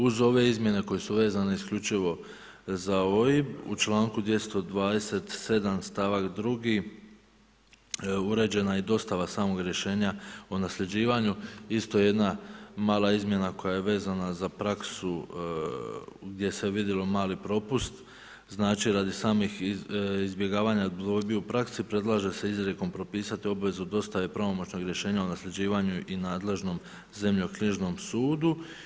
Uz ove izmjene koje su vezane isključivo za OIB, u članku 227. stavak 2. uređena je dostava samog rješenja o nasljeđivanju, isto jedna mala izmjena koja je vezana za praksu gdje se vidio mali propust, znači radi samih izbjegavanja dvojbi u praksi, predlaže se izrijekom propisati obvezu dostave pravomoćnog rješenja o nasljeđivanju i nadležnom zemljoknjižnom sudu.